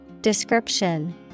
Description